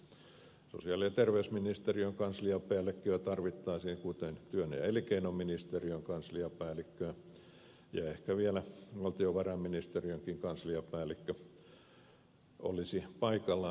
sosiaali ja terveysministeriön kansliapäällikköä tarvittaisiin kuten työ ja elinkeinoministeriön kansliapäällikköä ja ehkä vielä valtiovarainministeriönkin kansliapäällikkö olisi paikallaan